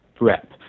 rep